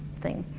thing.